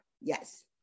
yes